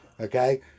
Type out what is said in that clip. okay